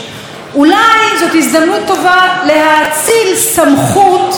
בעניינים שנוגעים לאזרחיות במדינת ישראל.